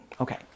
Okay